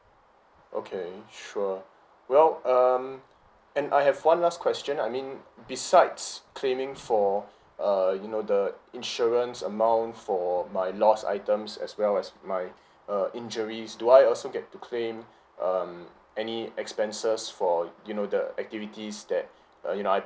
okay sure well um and I have one last question I mean besides claiming for err you know the insurance amount for my lost items as well as my uh injuries do I also get to claim um any expenses for you know the activities that uh you know I